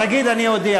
תגיד, אני אודיע.